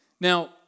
now